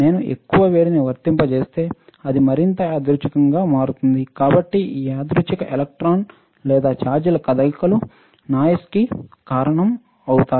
నేను ఎక్కువ వేడిని వర్తింపజేస్తే అది మరింత యాదృచ్ఛికంగా మారుతుంది కాబట్టి ఈ యాదృచ్ఛిక ఎలక్ట్రాన్ లేదా ఛార్జీల కదలికలు నాయిస్నికి కారణం అవుతాయి